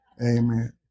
Amen